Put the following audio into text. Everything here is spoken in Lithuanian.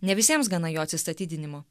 ne visiems gana jo atsistatydinimo